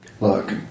Look